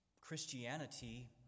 Christianity